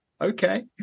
okay